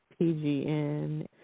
PGN